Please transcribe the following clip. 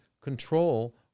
control